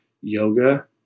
yoga